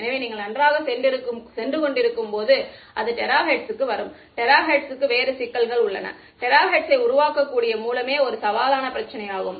எனவே நீங்கள் நன்றாகச் சென்றுகொண்டிருக்கும் போது அது டெராஹெர்ட்ஸுக்கு வரும் டெராஹெர்ட்ஸுக்கு வேறு சிக்கல்கள் உள்ளன டெராஹெர்ட்ஸை உருவாக்கக்கூடிய மூலமே ஒரு சவாலான பிரச்சினையாகும்